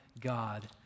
God